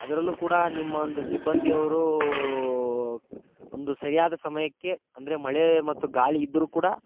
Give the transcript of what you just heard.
ಅದರಲ್ಲೂ ಕೂಡ ನಿಮ್ಮೊಂದು ಸಿಬ್ಬಂದಿ ಅವರೂ ಒಂದು ಸರಿಯಾದ ಸಮಯಕ್ಕೆ ಅಂದರೆ ಮಳೆ ಮತ್ತು ಗಾಳಿ ಇದ್ದರೂ ಕೂಡ